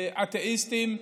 אתאיסטים,